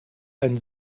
ein